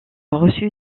reçu